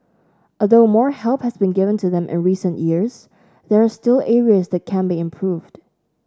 although more help has been given to them in recent years there are still areas that can be improved